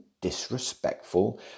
disrespectful